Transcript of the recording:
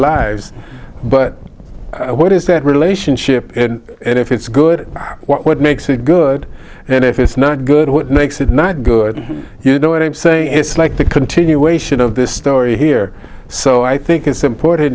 lives but what is that relationship and if it's good what makes it good and if it's not good what makes it not good you know what i'm saying it's like the continuation of this story here so i think it's important